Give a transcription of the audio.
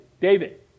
David